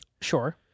Sure